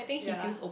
ya